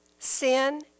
Sin